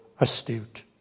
astute